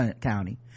County